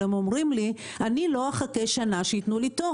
אבל הם אומרים לי: אני לא אחכה שנה שייתנו לי תור,